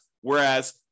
Whereas